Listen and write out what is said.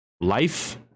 Life